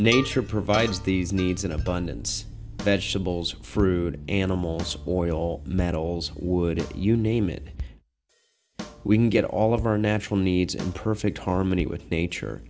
nature provides these needs in abundance vegetables fruit animals oil metals would you name it we get all of our natural needs in perfect harmony with nature